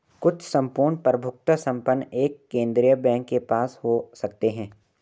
कुछ सम्पूर्ण प्रभुत्व संपन्न एक केंद्रीय बैंक के पास हो सकते हैं